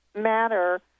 matter